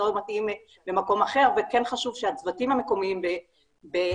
לא מתאים למקום אחר וכן חשוב שהצוותים המקומיים בסינרגיה